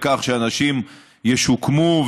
לכך שאנשים ישוקמו,